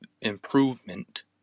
improvement